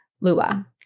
Lua